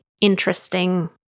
interesting